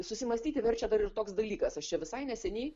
susimąstyti verčia dar ir toks dalykas aš čia visai neseniai